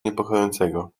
niepokojącego